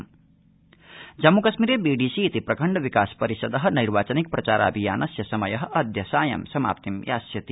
Jammu Kashmir BDC Jammu कश्मीरे BDC जि प्रखण्ड विकास परिषद नैर्वाचिक प्रचाराभियानस्य समय अद्य सायं समाप्तिं यास्यति